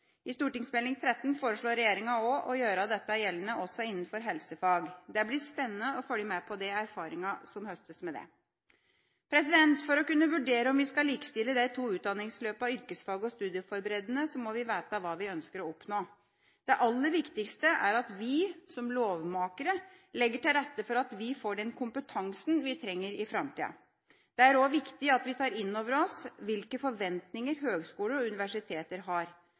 I Meld. St. 13 for 2011–2012 foreslår regjeringa å gjøre dette gjeldende også innenfor helsefag. Det blir spennende å følge med på de erfaringene som høstes med det. For å kunne vurdere om vi skal likestille de to utdanningsløpene yrkesfag og studieforberedende, må vi vite hva vi ønsker å oppnå. Det aller viktigste er at vi som lovmakere legger til rette for at vi får den kompetansen vi trenger i framtida. Det er også viktig at vi tar inn over oss hvilke forventninger høgskoler og universiteter har.